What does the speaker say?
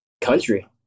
country